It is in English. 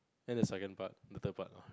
and the second part the third part lah